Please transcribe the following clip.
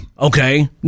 Okay